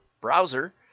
browser